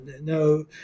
no